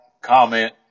comment